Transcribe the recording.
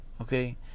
okay